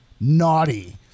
naughty